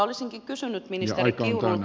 olisinkin kysynyt ministeri kiurulta